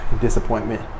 disappointment